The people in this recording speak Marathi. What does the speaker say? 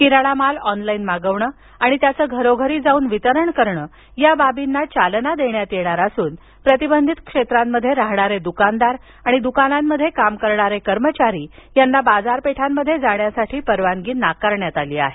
किराणा माल ऑनलाईन मागवणं आणि त्याचं घरोघरी जाऊन वितरण करणं या बार्बीना चालना देण्यात येणार प्रतिबंधित क्षेत्रांमध्ये राहणारे दुकानदार आणि दुकानांमध्ये काम करणारे कर्मचारी यांना बाजारपेठांमध्ये जाण्यास परवानगी नाकारण्यात आली आहे